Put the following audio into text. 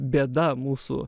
bėda mūsų